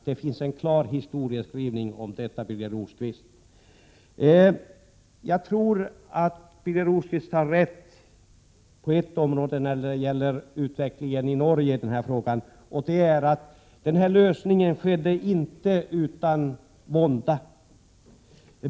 Det finns en klar historieskrivning om detta, Birger Rosqvist. Jag tror att Birger Rosqvist har rätt på en punkt när det gäller utvecklingen i Norge i denna fråga, nämligen att denna lösning inte skedde utan vånda.